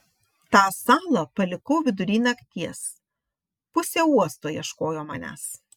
tą salą palikau vidury nakties pusė uosto ieškojo manęs